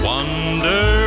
Wonder